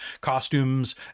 costumes